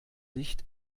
licht